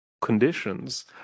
conditions